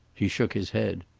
he shook his head.